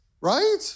right